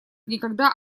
никогда